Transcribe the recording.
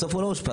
בטרם אושפז.